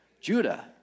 Judah